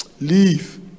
leave